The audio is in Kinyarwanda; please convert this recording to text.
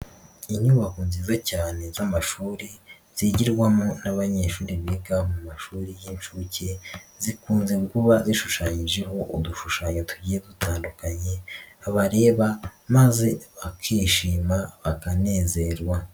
Inyubako ziva cyane z'amashuri zigirwamo n'abanyeshuri biga mu mashuri y'inshuke zikunze kuba zishushanyijeho udushushanyo tugiye dutandukanye bareba maze bakishima bakanezerwa.